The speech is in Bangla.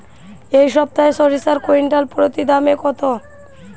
এই সপ্তাহে সরিষার কুইন্টাল প্রতি দাম কত?